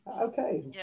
okay